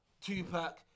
Tupac